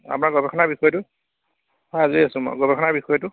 আপোনাৰ গৱেষণাৰ বিষয়টো হয় আজি আছোঁ মই গৱেষণাৰ বিষয়টো